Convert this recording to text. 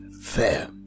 Fair